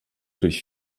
durch